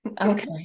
okay